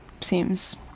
seems